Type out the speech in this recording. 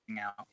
out